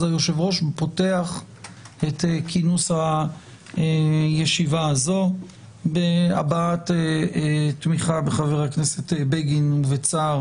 יושב הראש פותח את כינוס הישיבה הזו בהבעת תמיכה בחבר הכנסת בגין ובצער